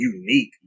unique